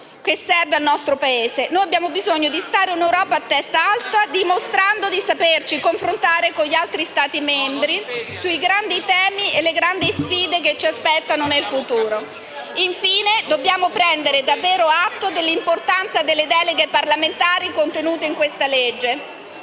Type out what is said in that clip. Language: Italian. che serve al nostro Paese. Noi abbiamo bisogno di stare in Europa a testa alta, dimostrando di saperci confrontare con gli altri Stati membri sui grandi temi e le grandi sfide per ci aspettano nel futuro. Infine, dobbiamo prendere davvero atto dell'importanza delle deleghe parlamentari contenute nel disegno